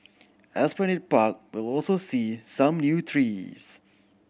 Esplanade Park will also see some new trees